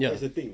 ya